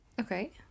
Okay